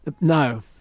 No